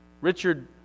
Richard